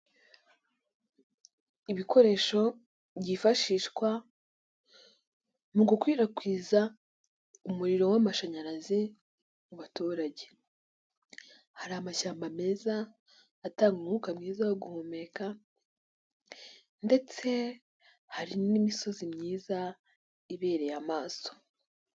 Ibikoresho byifashishwa mu gukwirakwiza umuriro w'amashanyarazi mu baturage, hari amashyamba meza atanga umwuka mwiza wo guhumeka ndetse hari n'imisozi myiza ibereye amaso.